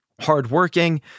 hardworking